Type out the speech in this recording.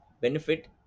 benefit